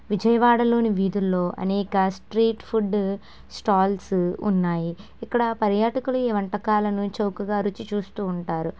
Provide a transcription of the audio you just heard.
విజయవాడలోని వీధుల్లో అనేక స్ట్రీట్ ఫుడ్డు స్టాల్సు ఉన్నాయి ఇక్కడ పర్యాటకులు ఈ వంటకాలను చౌకగా రుచి చూస్తూ ఉంటారు